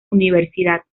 universidad